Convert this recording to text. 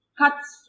cuts